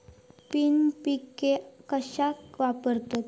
NPK कशाक वापरतत?